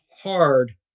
hard